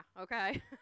Okay